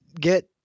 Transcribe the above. get